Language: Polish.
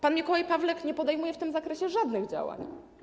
Pan Mikołaj Pawlak nie podejmuje w tym zakresie żadnych działań.